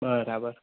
બરાબર